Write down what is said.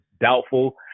doubtful